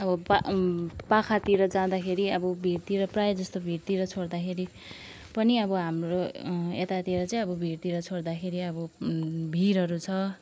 अब पा पाखातिर जाँदाखेरि अब भिरतिर प्रायः जस्तो भिरतिर छोड्दाखेरि पनि हाम्रो यतातिर चाहिँ अब भिरतिर छोड्दाखेरि अब भिरहरू छ